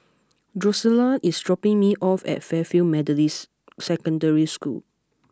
Drusilla is dropping me off at Fairfield Methodist Secondary School